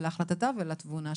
להחלטתה ולתבונה שלה,